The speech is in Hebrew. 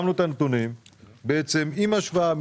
הדיון יתחיל היום ויימשך מחר.